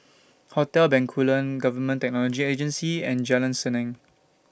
Hotel Bencoolen Government Technology Agency and Jalan Senang